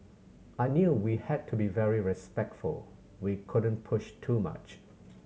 I knew we had to be very respectful we couldn't push too much